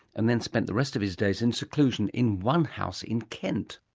and then spent the rest of his days in seclusion in one house in kent.